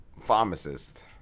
Pharmacist